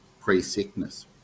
pre-sickness